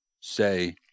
say